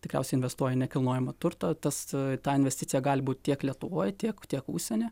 tikriausiai investuoja į nekilnojamą turtą tas ta investicija gali būt tiek lietuvoj tiek tiek užsieny